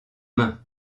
mains